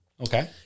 Okay